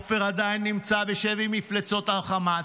עופר עדיין נמצא בשבי מפלצות החמאס.